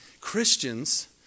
Christians